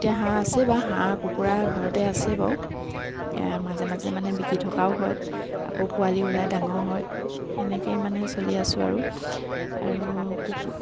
এতিয়া হাঁহ আছেই বাৰু হাঁহ কুকুৰা ঘৰতে আছে বাৰু মাজে মাজে মানে বিকি থকাও হয় আকৌ পোৱালি ওলাই ডাঙৰ হয় সেনেকৈয়ে মানে চলি আছোঁ আৰু আৰু কুকু